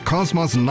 Cosmos